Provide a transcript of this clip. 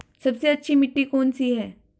सबसे अच्छी मिट्टी कौन सी है?